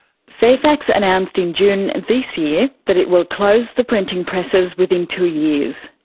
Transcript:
fairfax announced in june this year that it will close the printing presses within two years.